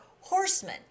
horsemen